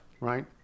Right